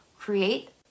create